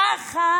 ככה